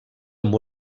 amb